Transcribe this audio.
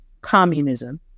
communism